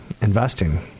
investing